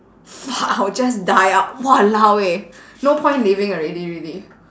fuck I'll just die ah !walao! eh no point living already really